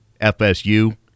fsu